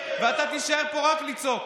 ואתה תישאר פה רק לצעוק,